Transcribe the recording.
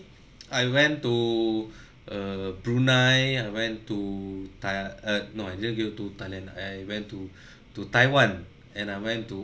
I went to err brunei I went to thai uh no I didn't go to thailand ah I went to to taiwan and I went to